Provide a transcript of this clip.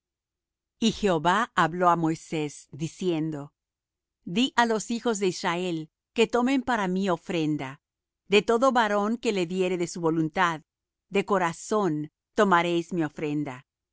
y jehova habló á moisés diciendo di á los hijos de israel que tomen para mí ofrenda de todo varón que la diere de su voluntad de corazón tomaréis mi ofrenda